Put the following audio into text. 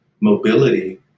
mobility